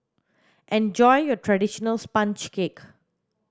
enjoy your traditional sponge cake